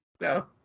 no